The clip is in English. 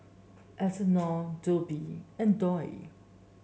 Eleonore Robley and Doyle